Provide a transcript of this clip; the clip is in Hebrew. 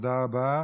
תודה רבה.